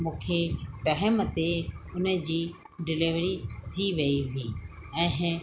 मूंखे टाइम ते उन जी डिलीवरी थी वई हुई ऐं